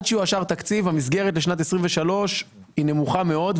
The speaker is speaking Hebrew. עד שיאושר תקציב המסגרת לשנת 2023 נמוכה מאוד,